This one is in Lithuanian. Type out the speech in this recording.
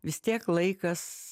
vis tiek laikas